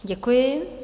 Děkuji.